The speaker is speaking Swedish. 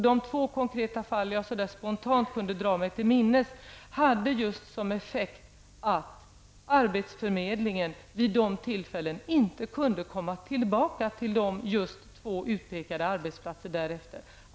De två konkreta fall som jag spontant kunde dra mig till minnes hade just som effekt att arbetsförmedlingen efter de tillfällena inte kunde komma tillbaka till de två utpekade arbetsplatserna.